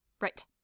right